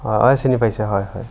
হয় চিনি পাইছে হয় হয়